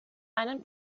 einen